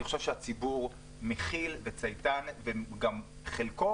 אני חושב שהציבור מכיל וצייתן וחלקו